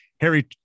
Harry